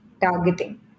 targeting